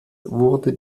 wurde